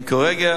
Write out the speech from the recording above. הם כרגע